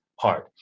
hard